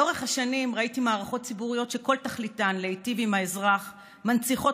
לאורך השנים ראיתי מערכות ציבוריות שכל תכליתן להיטיב עם האזרח מנציחות